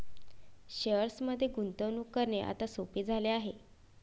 शेअर्समध्ये गुंतवणूक करणे आता सोपे झाले आहे